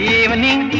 evening